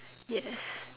yes